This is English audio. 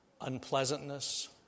unpleasantness